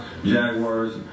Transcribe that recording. Jaguars